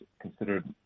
considered